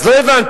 אז לא הבנתי,